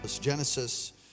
Genesis